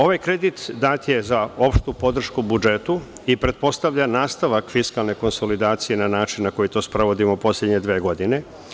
Ovaj kredit dat je za opštu podršku u budžetu i pretpostavlja nastavak fiskalne konsolidacije na način na koji to sprovodimo poslednje dve godine.